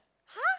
!huh!